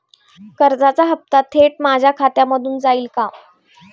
कर्जाचा हप्ता थेट माझ्या खात्यामधून जाईल का?